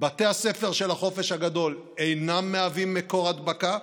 בתי הספר של החופש הגדול אינם מהווים מקור הדבקה.